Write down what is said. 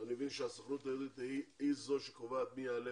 אני מבין שהסוכנות היהודית היא זו שקובעת מי יעלה.